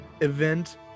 event